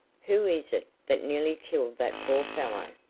who is it that nearly killed that poor fellow?